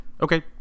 okay